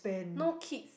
no kids